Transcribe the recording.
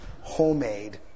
homemade